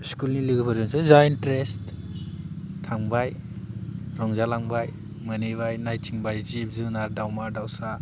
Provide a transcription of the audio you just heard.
स्कुलनि लोगोफोरजोंसो जा इटारेस्ट थांबाय रंजालांबाय मोनहैबाय नायथिंबाय जिब जुनार दाउमा दाउसा